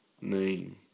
name